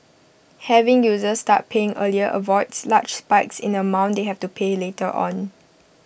having users start paying earlier avoids large spikes in the amount they have to pay later on